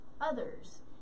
others